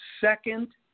second